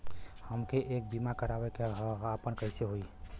हमके एक बीमा करावे के ह आपन कईसे होई?